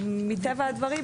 מטבע הדברים,